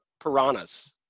piranhas